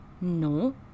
No